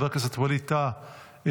חבר הכנסת ווליד טאהא,